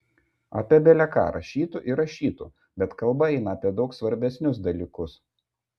apie bele ką rašytų ir rašytų bet kalba eina apie daug svarbesnius dalykus